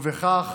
בכך